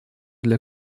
для